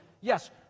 Yes